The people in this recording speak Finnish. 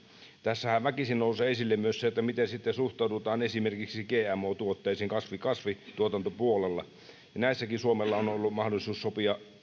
tässähän väkisin nousee esille myös se miten sitten suhtaudutaan esimerkiksi gmo tuotteisiin kasvintuotantopuolella ja näissäkin suomella on ollut mahdollisuus sopia